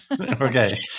Okay